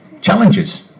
Challenges